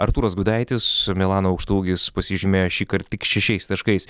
artūras gudaitis milano aukštaūgis pasižymėjo šįkart tik šešiais taškais